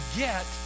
get